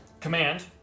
Command